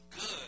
good